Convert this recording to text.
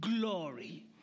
glory